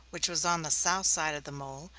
which was on the south side of the mole,